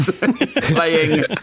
playing